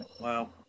Wow